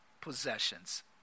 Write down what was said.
possessions